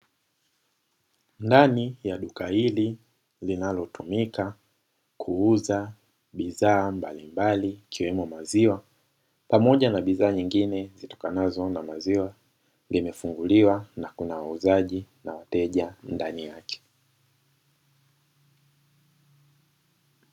Ndani ya duka hili linalotumika kuuza bidhaa mbalimbali ikiwemo maziwa pamoja na bidhaa nyingine zitokanazo na maziwa, limefunguliwa na kuna wauzaji na wateja ndani yake.